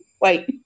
Wait